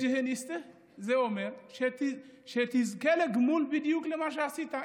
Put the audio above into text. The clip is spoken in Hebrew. זה אומר שתזכה לגמול בדיוק כפי שעשית.